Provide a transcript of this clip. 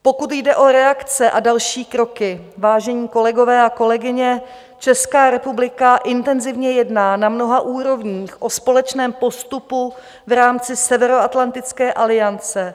Pokud jde o reakce a další kroky, vážení kolegové a kolegyně, Česká republika intenzivně jedná na mnoha úrovních o společném postupu v rámci Severoatlantické aliance.